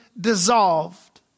dissolved